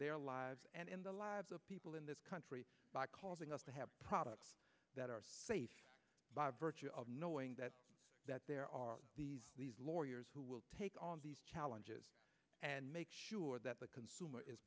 their lives and in the lives of people in this country by causing us to have products that are safe by virtue of knowing that that there are these lawyers who will take on these challenges and make sure that the consumer is